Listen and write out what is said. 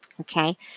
Okay